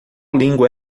língua